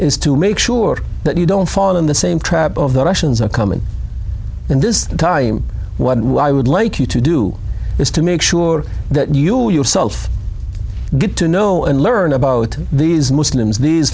is to make sure that you don't fall in the same trap of the russians are coming and this time what i would like you to do is to make sure that you yourself get to know and learn about these muslims these